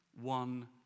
one